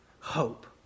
hope